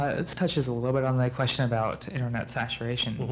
ah this touches a little bit on that question about internet saturation